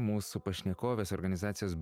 mūsų pašnekovės organizacijos